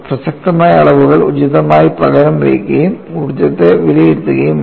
പ്രസക്തമായ അളവുകൾ ഉചിതമായി പകരം വയ്ക്കുകയും ഊർജ്ജത്തെ വിലയിരുത്തുകയും വേണം